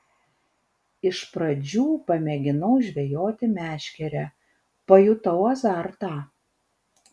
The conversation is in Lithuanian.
iš pradžių pamėginau žvejoti meškere pajutau azartą